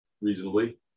reasonably